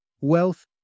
Wealth